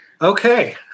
Okay